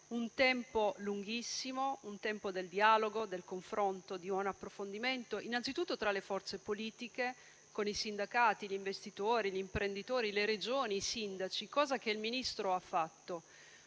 un tempo lunghissimo: un tempo del dialogo, del confronto e di un approfondimento, innanzitutto tra le forze politiche, con i sindacati, gli investitori, gli imprenditori, le Regioni, i sindaci, cosa che il Ministro ha fatto.